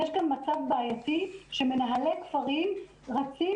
יש כאן מצב בעייתי שמנהלי כפרים רצים